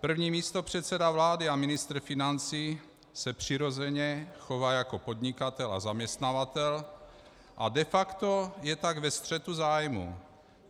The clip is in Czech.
První místopředseda vlády a ministr financí se přirozeně chová jako podnikatel a zaměstnavatel a de facto je tak ve střetu zájmu,